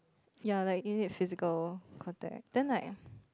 ya like it needs physical contact then like